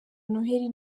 noheli